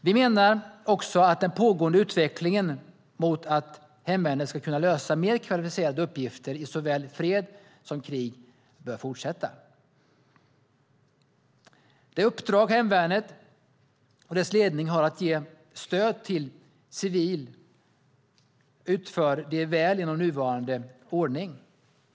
Vi menar också att den pågående utvecklingen mot att hemvärnet ska kunna lösa mer kvalificerade uppgifter i såväl fred som krig bör fortsätta. Det uppdrag hemvärnet och dess ledning har att ge stöd till det civila utför de väl inom nuvarande ordning.